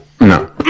No